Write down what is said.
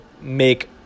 make